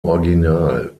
original